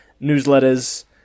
newsletters